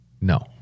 No